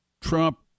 Trump